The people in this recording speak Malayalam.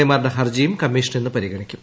എ മാരുടെ ഹർജിയും കമ്മിഷൻ ഇന്ന് പരിഗണിക്കും